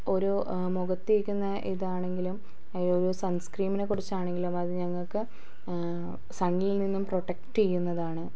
ഓരോ മുഖത്ത് തേക്കുന്ന ഇതാണെങ്കിലും ഓരോ സൺസ്ക്രീമിനെ കുറിച്ചാണെങ്കിലും അതായത് ഞങ്ങൾക്ക് സണ്ണിൽ നിന്ന് പ്രൊട്ടക്ട് ചെയ്യുന്നതാണ്